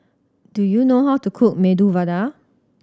do you know how to cook Medu Vada